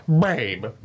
Babe